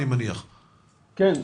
כן.